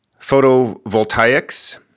photovoltaics